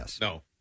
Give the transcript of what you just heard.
No